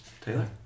Taylor